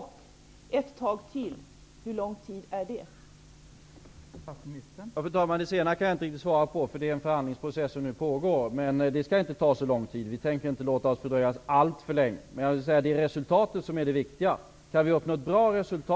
Hur lång tid är ''ett tag till''?